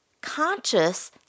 conscious